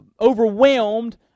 overwhelmed